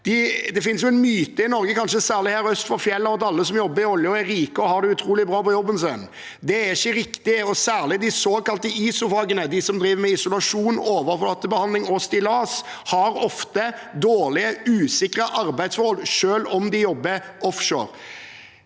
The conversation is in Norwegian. Det finnes en myte i Norge, kanskje særlig her øst for fjellene, om at alle som jobber i oljen, er rike og har det utrolig bra på jobben sin. Det er ikke riktig. Særlig de i de såkalte ISO-fagene, de som driver med isolasjon, overflatebehandling og stillas, har ofte dårlige, usikre arbeidsforhold selv om de jobber offshore.